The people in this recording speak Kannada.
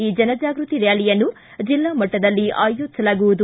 ಈ ಜನಜಾಗೃತಿ ರ್ಡಾಲಿಯನ್ನು ಜಿಲ್ಲಾ ಮಟ್ಟದಲ್ಲಿ ಅಯೋಜಿಸಲಾಗುವುದು